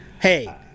Hey